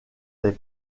des